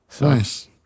Nice